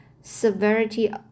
severity